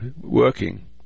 working